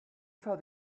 try